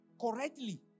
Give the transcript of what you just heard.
correctly